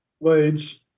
Blades